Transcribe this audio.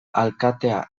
alkatea